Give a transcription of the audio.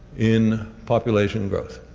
in population growth?